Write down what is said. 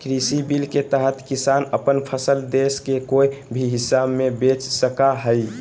कृषि बिल के तहत किसान अपन फसल देश के कोय भी हिस्सा में बेच सका हइ